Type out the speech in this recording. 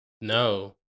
no